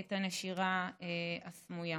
את הנשירה הסמויה.